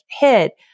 hit